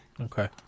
Okay